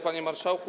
Panie Marszałku!